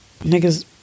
niggas